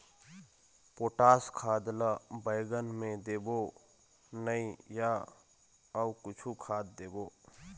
Potash खाद ला बैंगन मे देबो नई या अऊ कुछू खाद देबो?